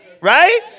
right